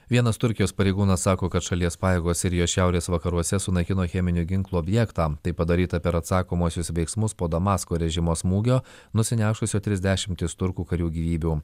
vienas turkijos pareigūnas sako kad šalies pajėgos sirijos šiaurės vakaruose sunaikino cheminio ginklo objektą tai padaryta per atsakomuosius veiksmus po damasko režimo smūgio nusinešusio tris dešimtis turkų karių gyvybių